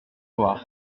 loire